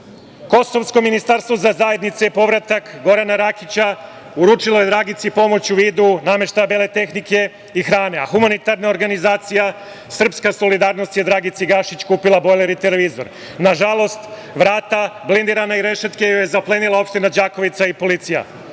hranu. Kosovsko ministarstvo za zajednicu i povratak Gorana Rakića uručilo je Dragici pomoć u vidu nameštaja, bele tehnike i hrane, a humanitarna organizacija „Srpska solidarnost“ je Dragici Gašić kupila bojler i televizor. Nažalost blindirana vrata i rešetke je zaplenila opština Đakovica i policija.